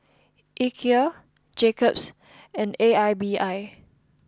Ikea Jacob's and A I B I